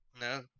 No